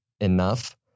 enough